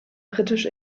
britisch